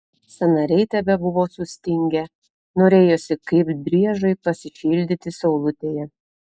sąnariai tebebuvo sustingę norėjosi kaip driežui pasišildyti saulutėje